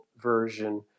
version